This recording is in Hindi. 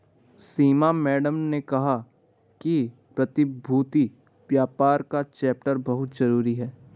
सीमा मैडम ने कहा कि प्रतिभूति व्यापार का चैप्टर बहुत जरूरी है